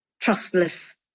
trustless